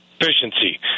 efficiency